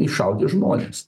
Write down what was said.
iššaudė žmones